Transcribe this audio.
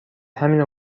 همینو